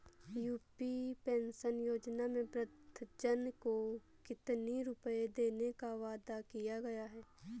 UP pension योजना में वृद्धजन को कितनी रूपये देने का वादा किया गया है?